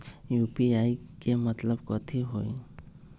UPI के मतलब कथी होई?